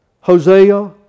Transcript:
Hosea